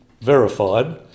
verified